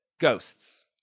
Ghosts